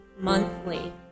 monthly